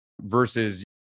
versus